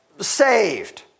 saved